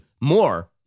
more